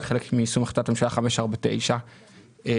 וחלק מיישום החלטת הממשלה 549 לטיפול